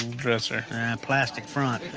dresser. a plastic front.